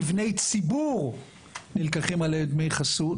מבני ציבור נלקחים עליהם דמי חסות.